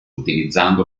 utilizzando